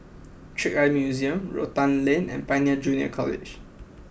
Trick Eye Museum Rotan Lane and Pioneer Junior College